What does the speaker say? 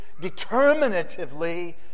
determinatively